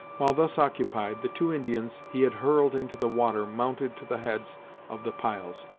while thus occupied, the two indians he had hurled into the water mounted to the heads of the piles,